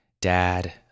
Dad